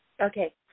Okay